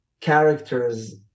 characters